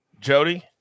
Jody